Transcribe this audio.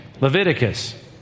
Leviticus